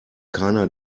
keiner